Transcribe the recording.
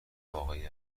واقعی